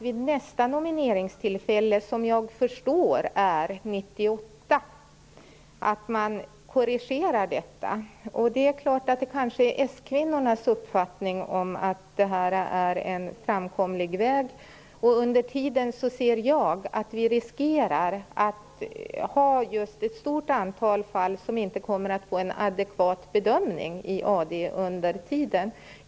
Vid nästa nomineringstillfälle 1998 vill man att detta skall korrigeras. Det kanske är skvinnornas uppfattning att detta är en framkomlig väg. Men under tiden ser jag att vi riskerar att få ett stort antal fall som inte kommer att få en adekvat bedömning i Arbetsdomstolen.